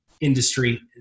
industry